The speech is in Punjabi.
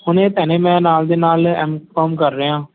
ਹੁਣ ਇਹ ਭੈਣੇ ਮੈਂ ਨਾਲ ਦੇ ਨਾਲ ਐੱਮਕੋਮ ਕਰ ਰਿਹਾ